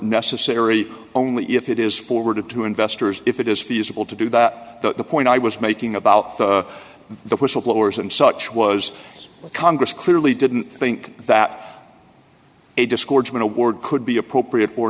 necessary only if it is forwarded to investors if it is feasible to do that the point i was making about the whistleblowers and such was congress clearly didn't think that a discordant award could be appropriate or